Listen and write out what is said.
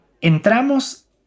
Entramos